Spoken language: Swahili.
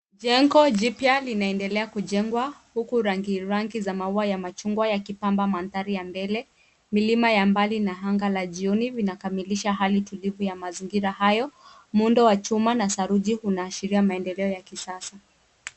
Jengo jipya linaendelea kujengwa huku rangi rangi za machungwa yakipamba mandhari ya mbele. Mlima ya mbali na anga la jioni vinakamilisha hali tulivu ya mazingira hayo. Muundo wa chuma na saruji unaashiria maendeleo ya kisasa.